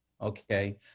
okay